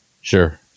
Sure